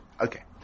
Okay